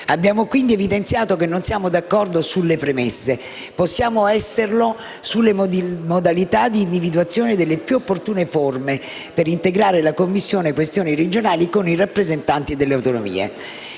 Abbiamo evidenziato che non siamo d'accordo sulle premesse, mentre possiamo esserlo sulle modalità di individuazione delle più opportune forme per integrare la Commissione per le questioni regionali con i rappresentanti delle autonomie.